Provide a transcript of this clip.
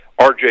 RJ